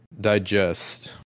digest